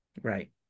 Right